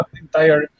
entire